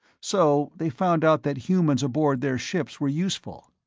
so they found out that humans aboard their ships were useful.